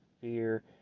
fear